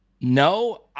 No